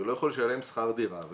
ולא יכול לשלם שכר דירה,